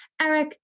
Eric